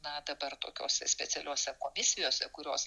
na dabar tokiose specialiose komisijose kurios